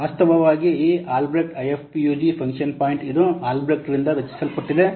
ವಾಸ್ತವವಾಗಿ ಈ Albrecht IFPUG function point ಇದು ಆಲ್ಬ್ರೆಕ್ಟ್ರಿಂದ ರಚಿಸಲ್ಪಟ್ಟಿದೆ